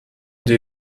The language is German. die